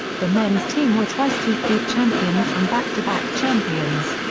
the men's team were twice three peat champions and back to back champions.